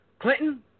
Clinton